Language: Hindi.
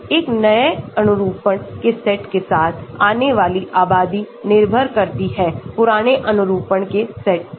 एकनए अनुरूपण के सेट के साथ आने वाले आबादीनिर्भर करती है पुराने अनुरूपण के सेटपर